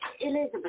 Elizabeth